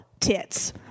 tits